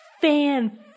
fan